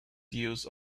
use